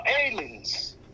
aliens